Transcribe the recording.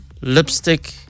lipstick